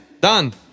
done